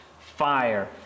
fire